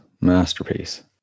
masterpiece